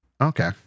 Okay